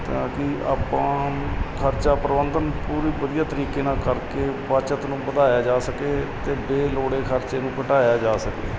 ਤਾਂ ਕਿ ਆਪਾਂ ਖਰਚਾ ਪ੍ਰਬੰਧਨ ਪੂਰੀ ਵਧੀਆ ਤਰੀਕੇ ਨਾਲ ਕਰਕੇ ਬੱਚਤ ਨੂੰ ਵਧਾਇਆ ਜਾ ਸਕੇ ਅਤੇ ਬੇਲੋੜੇ ਖਰਚੇ ਨੂੰ ਘਟਾਇਆ ਜਾ ਸਕੇ